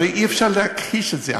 הרי אי-אפשר להכחיש את זה.